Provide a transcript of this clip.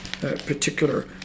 particular